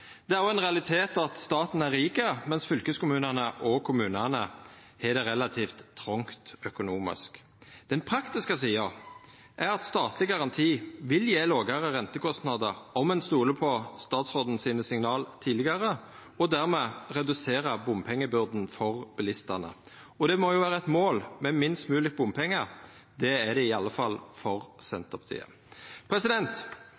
Det er òg ein realitet at staten er rik, mens fylkeskommunane og kommunane har det relativt trongt økonomisk. Den praktiske sida er at statleg garanti vil gje lågare rentekostnader – om ein stolar på statsråden sine signal tidlegare – og dermed redusera bompengebyrda for bilistane. Det må jo vera eit mål med minst mogleg bompengar. Det er det i alle fall for